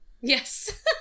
Yes